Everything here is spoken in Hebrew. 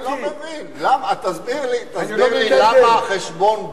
אני לא מבין, תסביר לי למה חשבון בנק,